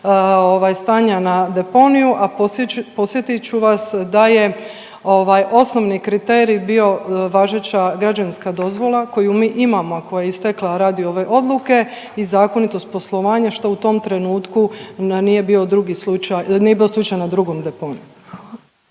stanja na deponiju. A podsjetit ću vas da je osnovni kriterij bio važeća građevinska dozvola koju mi imamo, a koja je istekla radi ove odluke i zakonitost poslovanja što u tom trenutku nije bio slučaj na drugom deponiju.